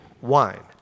wine